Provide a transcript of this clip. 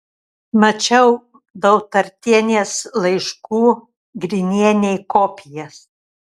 mačiau dautartienės laiškų grinienei kopijas